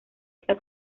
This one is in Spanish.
esa